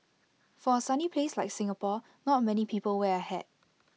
for A sunny place like Singapore not many people wear A hat